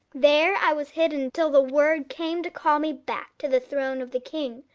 there i was hidden till the word came to call me back to the throne of the king,